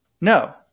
No